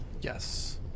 Yes